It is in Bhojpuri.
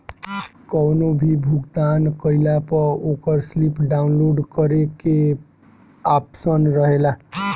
कवनो भी भुगतान कईला पअ ओकर स्लिप डाउनलोड करे के आप्शन रहेला